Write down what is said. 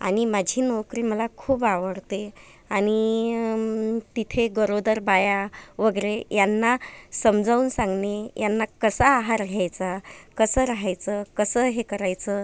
आणि माझी नोकरी मला खूप आवडते आणि तिथे गरोदर बाया वगैरे यांना समजावून सांगणे यांना कसा आहार घ्यायचा कसं राहायचं कसं हे करायचं